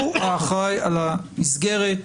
הוא האחראי על המסגרת,